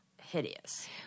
hideous